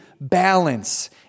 balance